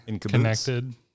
connected